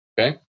Okay